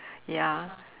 ya